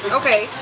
okay